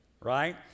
Right